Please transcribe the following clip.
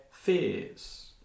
fears